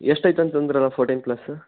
ಎಷ್ಟು ಐಟಮ್ ತಂದಿದ್ದಿರಾ fourteen plus